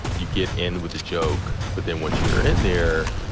you get in with a joke. but then once you're in there,